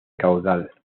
caudal